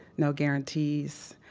no guarantees,